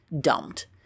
dumped